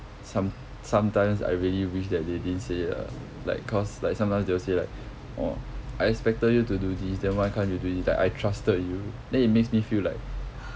some sometimes I really wish that they didn't say it lah like cause like sometimes they will say like orh I expected you to do this then why can't you do this like I trusted you then it makes me feel like